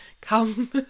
come